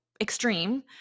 extreme